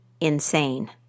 insane